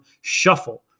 shuffle